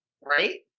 Right